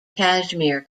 kashmir